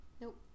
Nope